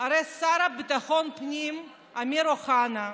הרי השר לביטחון פנים אמיר אוחנה,